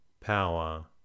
power